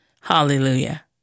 Hallelujah